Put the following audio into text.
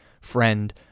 friend